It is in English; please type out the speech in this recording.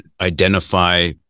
identify